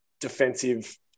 defensive